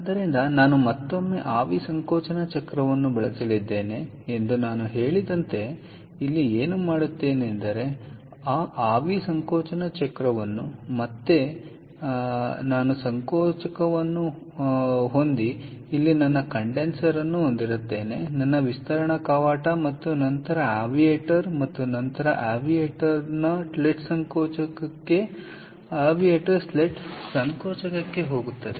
ಆದ್ದರಿಂದ ನಾನು ಮತ್ತೊಮ್ಮೆ ಆವಿ ಸಂಕೋಚನ ಚಕ್ರವನ್ನು ಬಳಸಲಿದ್ದೇನೆ ಎಂದು ನಾನು ಹೇಳಿದಂತೆ ಇಲ್ಲಿ ಏನು ಮಾಡುತ್ತೇನೆಂದರೆ ಆ ಆವಿ ಸಂಕೋಚನ ಚಕ್ರವನ್ನು ಮತ್ತೆ ಇಲ್ಲಿ ಸೆಳೆಯಲು ಅವಕಾಶ ಮಾಡಿಕೊಡಿ ನಾನು ಸಂಕೋಚಕವನ್ನು ಹೊಂದಿದ್ದೇನೆ ಇಲ್ಲಿ ನನ್ನ ಕಂಡೆನ್ಸರ್ ಇದೆ ನಂತರ ನನ್ನ ವಿಸ್ತರಣೆ ಕವಾಟ ಮತ್ತು ನಂತರ ನನ್ನ ಆವಿಯೇಟರ್ ಮತ್ತು ನಂತರ ಆವಿಯೇಟರ್ನ ಸಂಕೋಚಕಕ್ಕೆ ಹೋಗುತ್ತದೆ